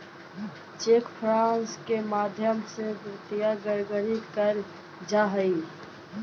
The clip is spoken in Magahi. चेक फ्रॉड के माध्यम से वित्तीय गड़बड़ी कैल जा हइ